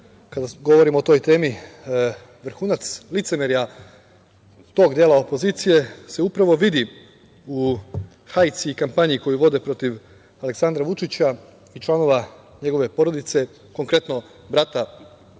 kada govorim o toj temi, vrhunac licemerja tog dela opozicije upravo vidi u hajci i kampanji koju vode protiv Aleksandra Vučića i članova njegove porodice, konkretno brata, koga